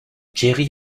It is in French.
jerry